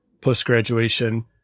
post-graduation